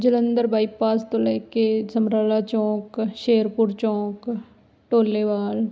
Jalandhar bypass ਤੋਂ ਲੈ ਕੇ ਸਮਰਾਲਾ ਚੌਂਕ ਸ਼ੇਰਪੁਰ ਚੌਂਕ ਢੋਲੇਵਾਲ